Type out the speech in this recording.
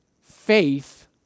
faith